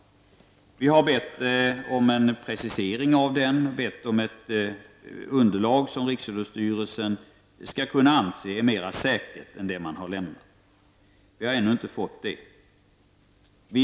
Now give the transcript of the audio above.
Vi har bett om en precisering och bett om ett underlag som riksidrottsstyrelsen skall kunna anse mera säkert än det som lämnats. Vi har ännu inte fått det.